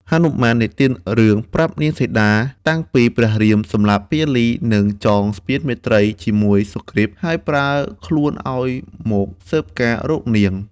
ហនុមាននិទានរឿងប្រាប់នាងសីតាតាំងពីព្រះរាមសម្លាប់ពាលី និងចងស្ពានមេត្រីជាមួយសុគ្រីពហើយប្រើខ្លួនឱ្យមកស៊ើបការណ៍រកនាង។